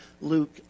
Luke